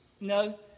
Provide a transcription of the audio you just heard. No